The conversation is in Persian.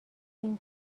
این